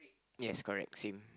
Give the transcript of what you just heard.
yes correct same